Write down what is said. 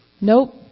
Nope